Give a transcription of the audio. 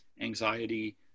anxiety